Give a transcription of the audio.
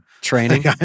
training